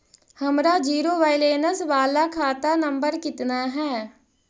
हमर zero balance बाला खाता नम्बर कितना है?